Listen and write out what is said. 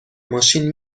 ماشین